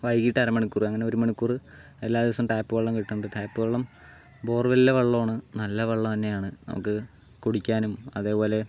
വൈകിട്ട് അര മണിക്കൂറ് അങ്ങനെ ഒരുമണിക്കൂറ് എല്ലാ ദിവസം ടാപ്പ് വെള്ളം കിട്ടുന്നുണ്ട് ടാപ്പുവെള്ളം ബോറിലെ വെള്ളമാണ് നല്ല വെള്ളം തന്നെയാണ് നമുക്ക് കുടിക്കാനും അതേപോലെ